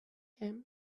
him